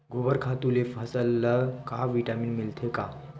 गोबर खातु ले फसल ल का विटामिन मिलथे का?